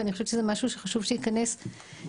ואני חושבת שזה משהו שחשוב שכבר ייכנס לתוכניות